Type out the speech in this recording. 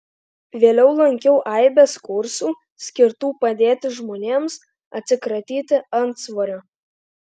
vėliau lankiau aibes kursų skirtų padėti žmonėms atsikratyti antsvorio